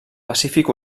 pacífic